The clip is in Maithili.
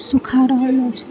सुखा रहल अछि